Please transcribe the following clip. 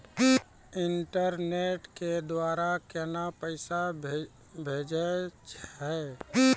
Internet के द्वारा केना पैसा भेजय छै?